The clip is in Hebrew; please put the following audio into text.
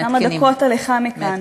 כמה דקות הליכה מכאן,